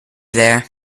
there